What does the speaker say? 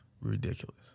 ridiculous